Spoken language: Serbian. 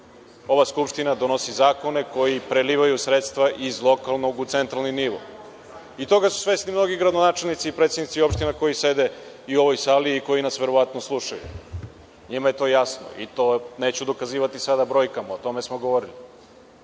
ova Skupština donosi zakone koji prelivaju sredstva iz lokalnog u centralni nivo. Toga su svesni mnogi gradonačelnici i predsednici opština, i koji sede u ovoj sali i koji nas verovatno slušaju, njima je to jasno i to neću dokazivati sada brojkama, o tome smo govorili.